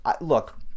look